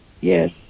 Yes